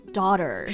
daughter